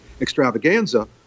extravaganza